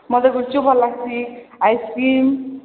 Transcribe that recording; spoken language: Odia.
ମୋତେ ଗୁପଚୁପ ଭଲ ଲାଗ୍ସି ଆଇସ୍କ୍ରିମ୍